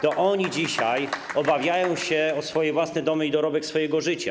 To oni dzisiaj obawiają się o swoje własne domy i dorobek swojego życia.